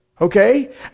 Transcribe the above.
Okay